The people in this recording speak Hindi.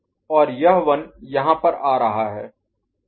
और यह 1 यहाँ पर आ रहा है